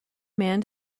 man